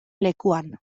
lekuan